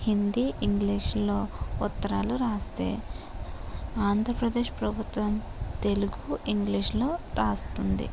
హిందీ ఇంగ్లీష్లలో ఉత్తరాలు రాస్తే ఆంధ్రప్రదేశ్ ప్రభుత్వము తెలుగు ఇంగ్లీష్లో రాస్తుంది